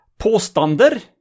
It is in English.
postander